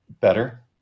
better